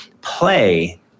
play